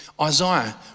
Isaiah